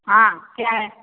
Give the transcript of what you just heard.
हाँ क्या है